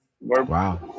Wow